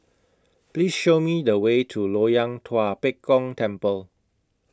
Please Show Me The Way to Loyang Tua Pek Kong Temple